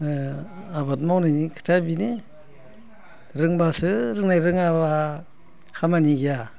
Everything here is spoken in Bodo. आबाद मावनायनि खोथाया बेनो रोंबासो रोंनाय रोङाबा खामानि गैया